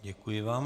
Děkuji vám.